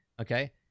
Okay